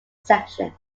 sections